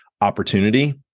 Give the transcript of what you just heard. opportunity